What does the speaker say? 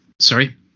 Sorry